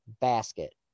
Basket